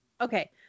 Okay